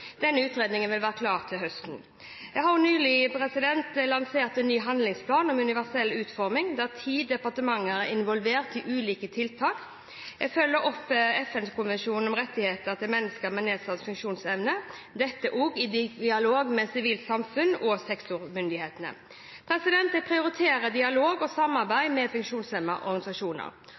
Denne utredningen vil være klar til høsten. Jeg har nylig lansert en ny handlingsplan om universell utforming, der ti departementer er involvert i ulike tiltak. Jeg følger opp FNs konvensjon om rettighetene til mennesker med nedsatt funksjonsevne, dette også i dialog med sivilt samfunn og sektormyndighetene. Jeg prioriterer dialog og samarbeid med funksjonshemmedes organisasjoner.